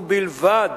ובלבד